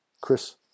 Chris